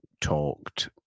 talked